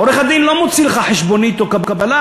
עורך-הדין לא מוציא לך חשבונית או קבלה,